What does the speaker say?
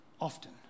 Often